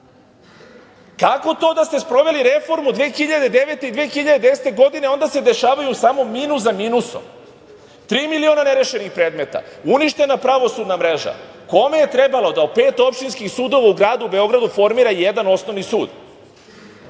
to da ste sproveli reformu 2009. i 2010. godine, a onda se dešavaju samo minus za minusom. Tri miliona nerešenih predmeta, uništena pravosudna mreža. Kome je trebalo da od pet opštinskih sudova u gradu Beogradu formira jedan osnovni sud?